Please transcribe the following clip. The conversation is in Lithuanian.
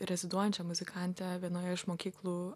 reziduojančia muzikante vienoje iš mokyklų